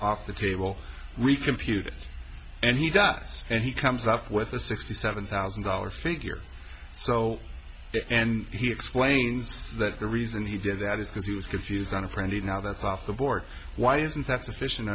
off the table re computer and he does and he comes up with the sixty seven thousand dollars figure so and he explains that the reason he did that is because he was confused on a printed now that's off the board why isn't that sufficient